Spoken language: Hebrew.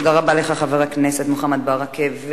תודה רבה לך, חבר הכנסת מוחמד ברכה.